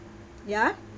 ya